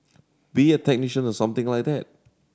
be a technician or something like that